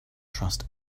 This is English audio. trust